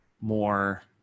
more